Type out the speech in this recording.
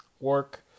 work